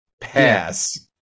Pass